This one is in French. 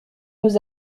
nous